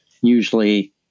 usually